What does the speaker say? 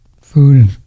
Food